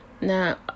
now